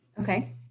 Okay